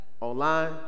online